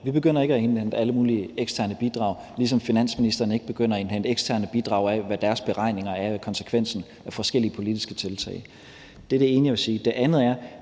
Vi begynder ikke at indhente alle mulige eksterne bidrag, ligesom finansministeren ikke begynder at indhente eksterne bidrag med beregninger af konsekvensen af forskellige politiske tiltag. Det er det ene, jeg vil sige.